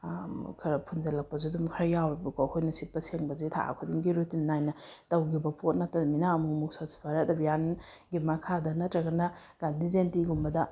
ꯈꯔ ꯐꯨꯟꯖꯤꯜꯂꯛꯄꯁꯨ ꯑꯗꯨꯝ ꯈꯔ ꯌꯥꯎꯑꯦꯕꯀꯣ ꯑꯩꯈꯣꯏꯅ ꯁꯤꯠꯄ ꯁꯦꯡꯕꯁꯤ ꯊꯥ ꯈꯨꯗꯤꯡꯒꯤ ꯔꯣꯇꯤꯟ ꯅꯥꯏꯅ ꯇꯧꯈꯤꯕ ꯄꯣꯠ ꯅꯠꯇꯝꯅꯤꯅ ꯑꯃꯨꯃꯨꯛ ꯁ꯭ꯋꯥꯁ ꯚꯥꯔꯠ ꯑꯕꯤꯌꯥꯟꯒꯤ ꯃꯈꯥꯗ ꯅꯠꯇ꯭ꯔꯒꯅ ꯘꯥꯟꯙꯤ ꯖꯌꯦꯟꯇꯤꯒꯨꯝꯕꯗ